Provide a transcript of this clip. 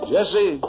Jesse